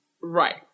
Right